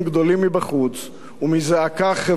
וזעקה חברתית מבית,